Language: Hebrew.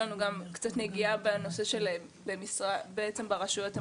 יש לנו גם קצת נגיעה ברשויות המקומיות,